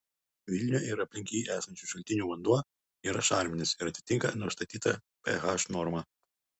vilniuje ir aplink jį esančių šaltinių vanduo yra šarminis ir atitinka nustatytą ph normą